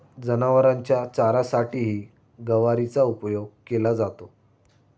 जनावरांच्या चाऱ्यासाठीही गवारीचा उपयोग केला जातो